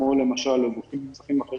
כמו גופים עם צרכים אחרים,